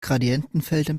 gradientenfeldern